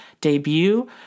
debut